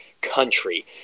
country